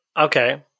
okay